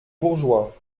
bourgeois